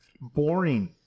boring